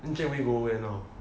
weekend you go where now